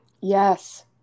Yes